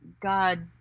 God